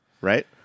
Right